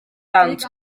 dant